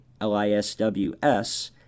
LISWS